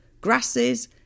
grasses